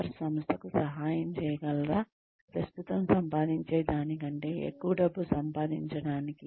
వారు సంస్థకు సహాయం చేయగలరా ప్రస్తుతం సంపాదించే దానికంటే ఎక్కువ డబ్బు సంపాదించటానికి